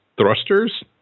thrusters